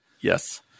Yes